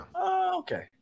okay